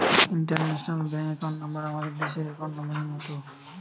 international bank account number আমাদের দেশের account নম্বরের মত